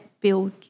build